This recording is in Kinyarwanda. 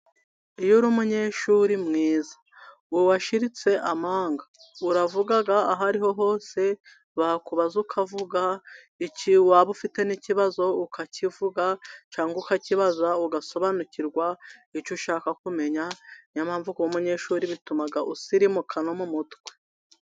Iyo uri umunyeshuri mwiza, washiritse amanga, uravuga ahariho hose. Bakubaza, ukavuga. Iki waba ufite n’ikibazo, ukakivuga cyangwa ukakibaza, ugasobanukirwa icyo ushaka kumenya. Ni yo mpamvu kuba umunyeshuri bituma usirimuka no mu mutwe.